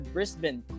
Brisbane